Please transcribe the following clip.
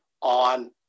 on